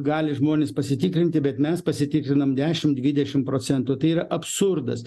gali žmonės pasitikrinti bet mes pasitikriname dešimt dvidešimt procentų tai yra absurdas